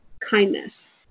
kindness